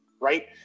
right